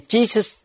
Jesus